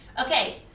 Okay